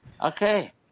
Okay